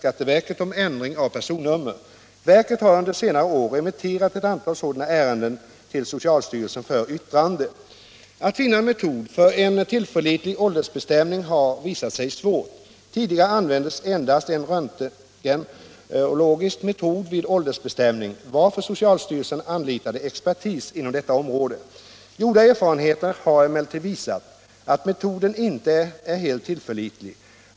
Att finna en metod för en tillförlitlig åldersbestämning har visat sig svårt. Tidigare användes endast en röntgenologisk metod vid åldersbestämning, varför socialstyrelsen anlitade expertis inom detta område. Gjorda erfarenheter har emellertid visat att metoden inte är helt tillförlitlig.